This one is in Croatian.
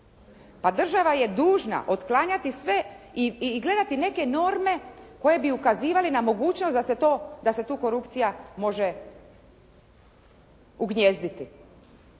Država je dužna otklanjati sve i gledati neke norme koje bi ukazivale na mogućnost da se tu korupcija može ugnijezditi,